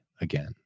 again